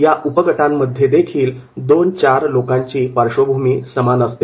या उपगटांमध्येदेखील 2 4 लोकांची पार्श्वभूमी समान असते